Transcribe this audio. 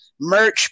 merch